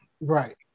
Right